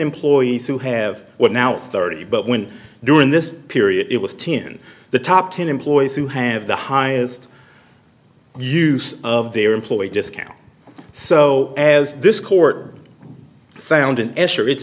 employees who have what now thirty but when during this period it was ten the top ten employees who have the highest use of their employee discount so as this court found an escher it's